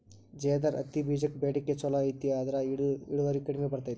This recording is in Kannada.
ಜೇದರ್ ಹತ್ತಿಬೇಜಕ್ಕ ಬೇಡಿಕೆ ಚುಲೋ ಐತಿ ಆದ್ರ ಇದು ಇಳುವರಿ ಕಡಿಮೆ ಬರ್ತೈತಿ